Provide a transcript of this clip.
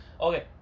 Okay